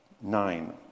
nine